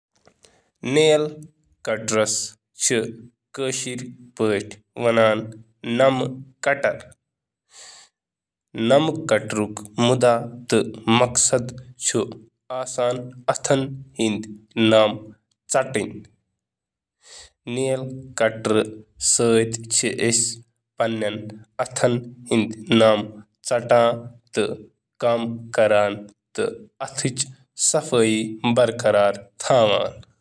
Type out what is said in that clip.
کٲشِرِ زبٲنہِ منٛز نیل کٹرُک مطلب چھُ نام کٹر یُس ناخن ژٹنہٕ خٲطرٕ استعمال چھُ یِوان کرنہٕ۔